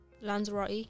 lanzarote